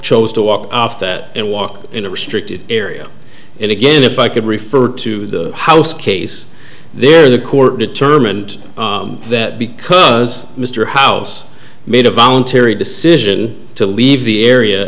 chose to walk off that and walk in a restricted area and again if i could refer to the house case there the court determined that because mr house made a voluntary decision to leave the area